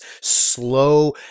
slow